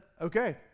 okay